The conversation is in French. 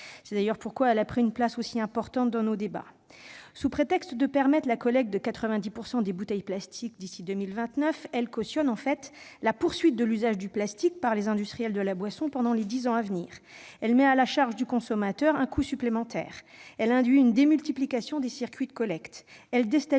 c'est d'ailleurs pourquoi ce sujet a pris une place aussi importante dans nos débats. Sous prétexte de permettre la collecte de 90 % des bouteilles en plastique d'ici à 2029, elle conduit à cautionner, de fait, la poursuite de l'usage du plastique par les industriels de la boisson pendant les dix années à venir, elle met à la charge du consommateur un coût supplémentaire, elle induit une démultiplication des circuits de collecte,